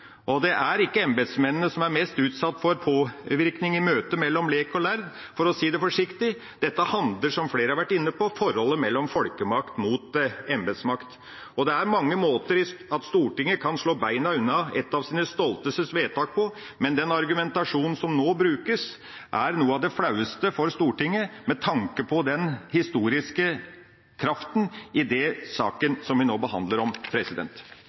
Det er ikke embetsmennene som er mest utsatt for påvirkning mellom lek og lærd i møtet mellom lek og lærd, for å si det forsiktig. Dette handler, som flere har vært inne på, om forholdet mellom folkemakt og embetsmakt. Det er mange måter Stortinget kan slå beina unna et av sine stolteste vedtak på, men den argumentasjonen som nå brukes, er noe av det flaueste for Stortinget med tanke på den historiske kraften i den saken som vi nå behandler.